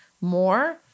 more